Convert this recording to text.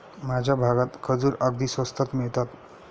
माझ्या भागात खजूर अगदी स्वस्तात मिळतात